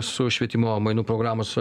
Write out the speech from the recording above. su švietimo mainų programos